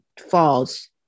falls